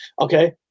Okay